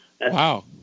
Wow